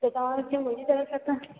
त तव्हांखे मुंहिंजी तर्फ़ सां त